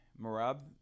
Marab